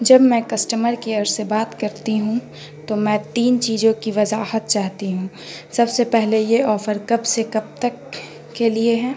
جب میں customer care سے بات کرتی ہوں تو میں تین چیزوں کی وضاحت چاہتی ہوں سب سے پہلے یہ آفر کب سے کب تک کے لیے ہیں